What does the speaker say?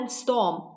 storm